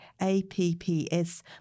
APPS